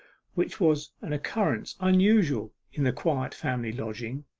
which was an occurrence unusual in the quiet family lodging.